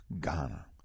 Ghana